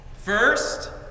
First